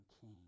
king